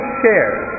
share